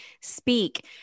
speak